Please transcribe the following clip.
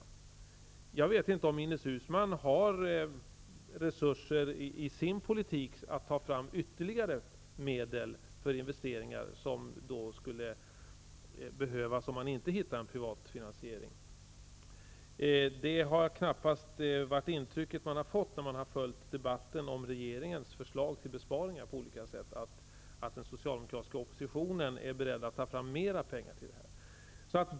Jag vet inte om Ines Uusmanns politik ger resurser att ta fram ytterligare medel för investeringar som skulle behövas, om man inte hittar en privat finansiering. Det har knappast varit det intryck som man har fått när man har följt debatten om regeringens olika förslag till besparingar att den socialdemokratiska oppositionen är beredd att satsa mera pengar på detta.